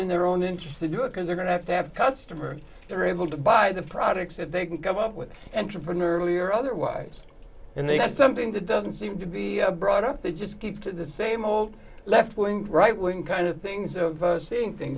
in their own interest to do it because they're going to have to have customers that are able to buy the products that they can come up with and to preserve your otherwise and that's something that doesn't seem to be brought up they just keep to the same old left wing right wing kind of things of seeing thing